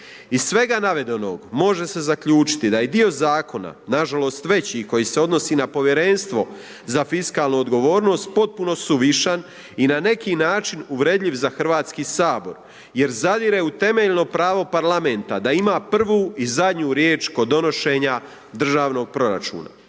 Iz svega navedenog može se zaključiti da je dio zakona na žalost veći koji se odnosi na Povjerenstvo za fiskalnu odgovornost potpuno suvišan i na neki način uvredljiv za Hrvatski sabor, jer zadire u temeljno pravo Parlamenta da ima prvu i zadnju riječ kod donošenja državnog proračuna.